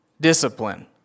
discipline